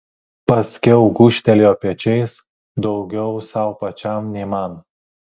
paskiau gūžtelėjo pečiais daugiau sau pačiam nei man